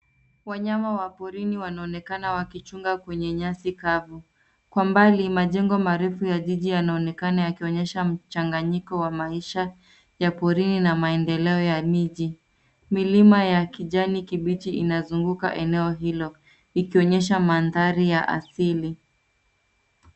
Wanyama wa porini wanaonekana wakichunga kwenye nyasi kavu. Kwa mbali majengo marefu ya jiji yanaonekana yakionyesha mchanganyiko wa maisha ya porini na maendeleo ya miji. Milima ya kijani kibichi inazunguka eneo hilo ikonyesha mandhari ya asili.